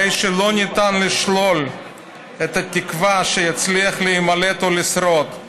הרי שלא ניתן לשלול שיש לו תקווה שיצליח להימלט או לשרוד.